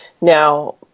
Now